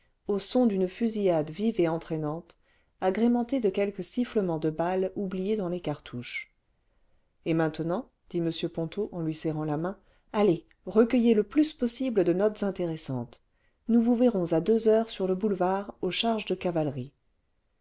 au son d'une fusillade vive et entraînante agrémentée de quelques sifflements de balles oubliées dans les cartouches et maintenant dit m ponto en lui serrant la main allez recueillez le plus possible de notes intéressantes nous vous verrons à deux heures sur le boulevard aux charges de cavalerie